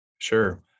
Sure